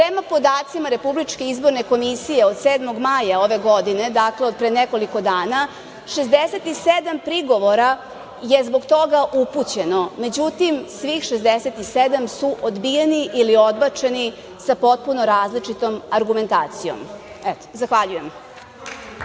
Prema podacima RIK od 7. maja ove godine, dakle, od pre nekoliko dana, 67 prigovora je zbog toga upućeno. Međutim, svih 67 su odbijeni ili odbačeni sa potpuno različitom argumentacijom. Zahvaljujem.